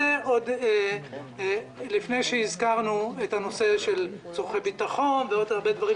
זה עוד לפני שהזכרנו את הנושא של צרכי ביטחון ועוד הרבה דברים